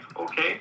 okay